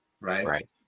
Right